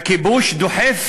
הכיבוש דוחף